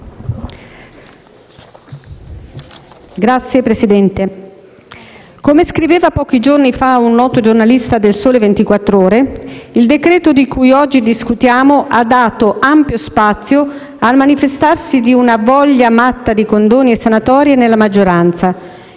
Signor Presidente, come scriveva pochi giorni fa un noto giornalista de «Il Sole 24 Ore», il decreto-legge di cui oggi discutiamo ha dato ampio spazio al manifestarsi di una «voglia matta di condoni e sanatorie» nella maggioranza,